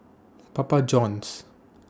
Papa Johns